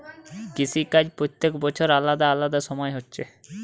কৃষি কাজ প্রত্যেক বছর আলাদা আলাদা সময় হচ্ছে